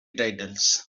titles